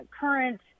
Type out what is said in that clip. current